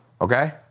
okay